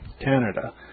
Canada